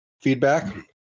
feedback